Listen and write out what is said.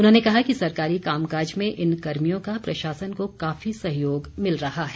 उन्होंने कहा कि सरकारी कामकाज में इन कर्मियों का प्रशासन को काफी सहयोग मिल रहा है